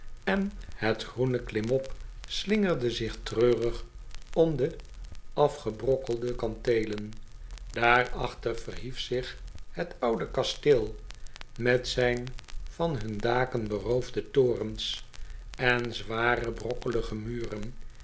en het groene klimop slingerde zich treurig om de afgebrokkelde kanteelen daarachter verhief zich het oude kasteel met zijn van hun daken beroofde torens en zware brokkelige muren